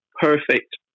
perfect